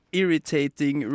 irritating